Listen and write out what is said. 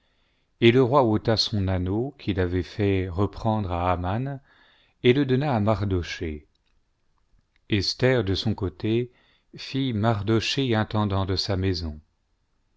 et le roi ôta son anneau qu'il avait fait reprendre à aman et le donna à mardochée esther de son côté fit mardochée intendant de sa maison